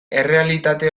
errealitate